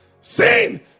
Sin